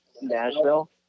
Nashville